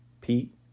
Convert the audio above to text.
Pete